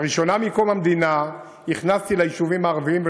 לראשונה מקום המדינה הכנסתי ליישובים הערביים.